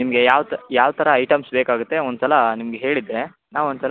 ನಿಮಗೆ ಯಾವ ತ ಯಾವ ಥರ ಐಟಮ್ಸ್ ಬೇಕಾಗುತ್ತೆ ಒಂದು ಸಲ ನಿಮ್ಗೆ ಹೇಳಿದರೆ ನಾವು ಒಂದು ಸಲ